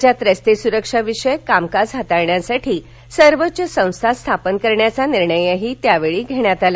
राज्यात रस्ते सुरक्षा विषयक कामकाज हाताळण्यासाठी सर्वोच्च संस्था स्थापन करण्याचं निर्णयही त्यावेळी घेण्यात आला